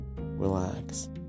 relax